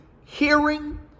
hearing